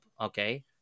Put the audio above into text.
okay